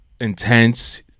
intense